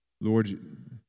Lord